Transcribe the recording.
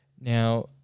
Now